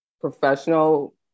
professional